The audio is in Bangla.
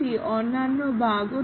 150 অন্যান্য বাগও